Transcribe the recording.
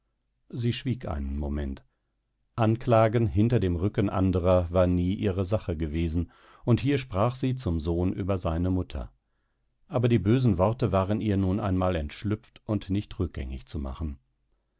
sie schwieg einen moment anklagen hinter dem rücken anderer war nie ihre sache gewesen und hier sprach sie zum sohn über seine mutter aber die bösen worte waren ihr nun einmal entschlüpft und nicht rückgängig zu machen